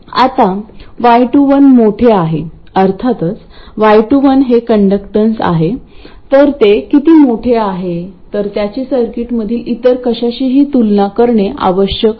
आता y21 मोठे आहे अर्थातच y21 हे कंडक्टन्स आहे तर ते किती मोठे आहे तर त्याची सर्किटमधील इतर कशाशीही तुलना करणे आवश्यक आहे